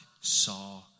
saw